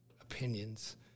opinions